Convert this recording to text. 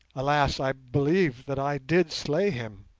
alas, i believe that i did slay him.